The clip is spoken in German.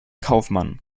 kaufmann